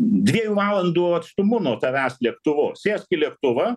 dviejų valandų atstumu nuo tavęs lėktuvu sėsk į lėktuvą